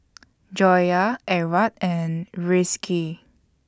Joyah Ahad and Rizqi